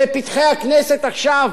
בפתחי הכנסת עכשיו,